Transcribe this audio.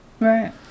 Right